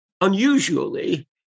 unusually